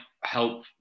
help